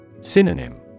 Synonym